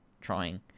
trying